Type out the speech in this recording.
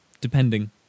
depending